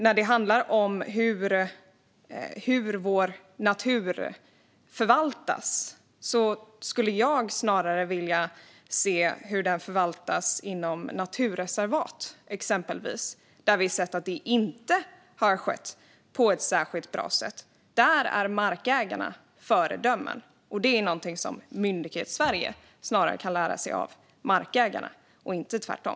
När det gäller hur vår natur förvaltas skulle jag snarare vilja se hur detta görs inom naturreservat, till exempel. Där har vi sett att det inte har skett på ett särskilt bra sätt. Där är markägarna föredömen, och där borde Myndighetssverige lära sig av markägarna - inte tvärtom.